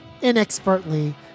inexpertly